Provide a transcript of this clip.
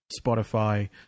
spotify